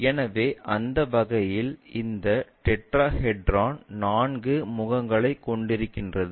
எனவே அந்த வகையில் இந்த டெட்ராஹெட்ரான் நான்கு முகங்களைக் கொண்டிருக்கின்றது